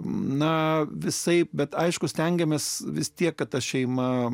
na visaip bet aišku stengiamės vis tiek kad ta šeima